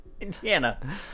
Indiana